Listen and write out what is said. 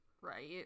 Right